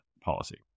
policy